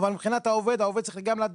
אבל מבחינת העובד, גם העובד צריך לדעת